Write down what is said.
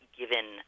given